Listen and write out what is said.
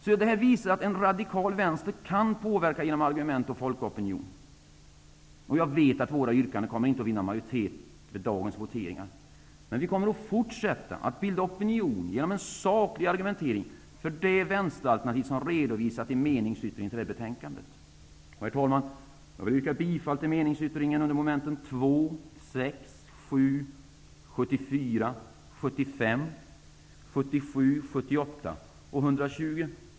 Detta visar att en radikal vänster kan påverka genom argument och folkopinion. Jag vet att våra yrkanden inte kommer att vinna majoritet vid dagens voteringar. Men vi kommer att fortsätta att bilda opinion genom en saklig argumentering för det vänsteralternativ som har redovisats i meningsyttringen till detta betänkande. Herr talman! Jag yrkar bifall till meningsyttringen under mom. 2, 6, 7, 74, 75, 77, 78 och 120.